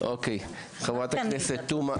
חברת הכנסת ביטון.